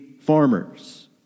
farmers